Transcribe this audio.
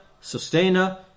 sustainer